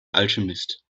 alchemist